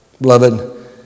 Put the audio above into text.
Beloved